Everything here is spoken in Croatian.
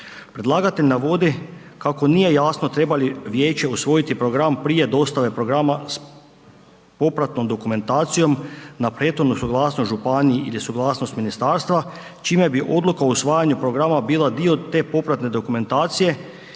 Predlagatelj na vodi kako nije jasno treba li vijeće usvojiti program prije dostave programa s popratnom dokumentacijom na prethodnu suglasnost županiji ili suglasnost ministarstva čime bi odluka o usvajanju programa bila dio te popratne dokumentacije